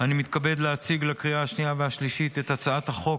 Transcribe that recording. אני מתכבד להציג לקריאה השנייה והשלישית את הצעת החוק